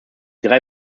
drei